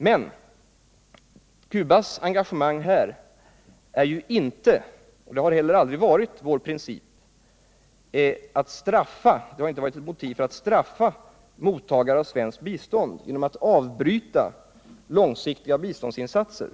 Men Cubas engagemang är inte något motiv för att straffa en mottagare av svenskt bistånd genom att vi avbryter de långsiktiga biståndsinsatserna.